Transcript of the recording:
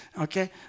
Okay